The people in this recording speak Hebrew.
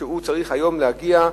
צריך להגיע,